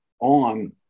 on